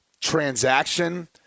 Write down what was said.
transaction